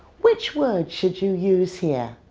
which word should you use here?